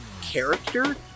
character